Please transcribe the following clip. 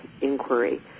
inquiry